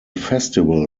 festival